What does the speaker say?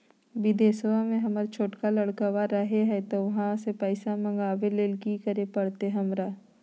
बिदेशवा में हमर छोटका लडकवा रहे हय तो वहाँ से पैसा मगाबे ले कि करे परते हमरा?